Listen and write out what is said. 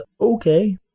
okay